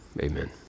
amen